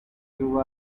you